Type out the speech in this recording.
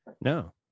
no